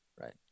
right